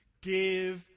Give